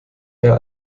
der